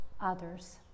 others